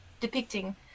depicting